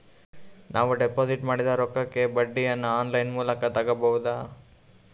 ನಾವು ಡಿಪಾಜಿಟ್ ಮಾಡಿದ ರೊಕ್ಕಕ್ಕೆ ಬಡ್ಡಿಯನ್ನ ಆನ್ ಲೈನ್ ಮೂಲಕ ತಗಬಹುದಾ?